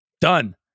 Done